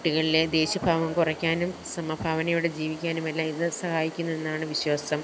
കുട്ടികളിലെ ദേഷ്യ ഭാവം കുറയ്ക്കാനും സമഭാവനയോടെ ജീവിക്കാനും എല്ലാം ഇത് സഹായിക്കുന്നെന്നാണ് വിശ്വാസം